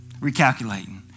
recalculating